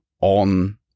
on